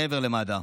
מעבר למד"א.